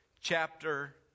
chapter